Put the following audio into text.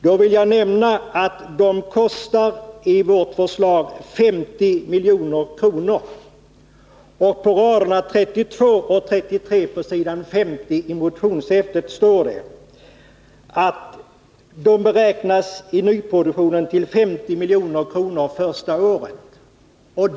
Då vill jag nämna att det på raderna 32-33 på s. 50 i motionshäftet står att kostnaderna för hyresrabatteringen och uthyrningsgarantin i nyproduktionen i vårt förslag beräknas till 50 milj.kr. första året.